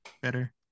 better